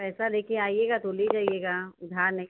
पैसा लेकर आइएगा तो ले जाइएगा उधार नहीं